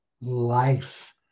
life